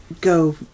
go